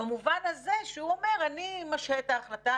במובן הזה שהוא אומר: אני משהה את ההחלטה,